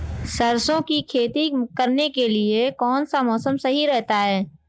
सरसों की खेती करने के लिए कौनसा मौसम सही रहता है?